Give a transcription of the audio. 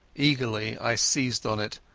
eagerly i seized on it,